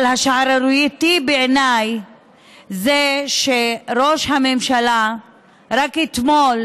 אבל השערורייתי בעיניי זה שראש הממשלה רק אתמול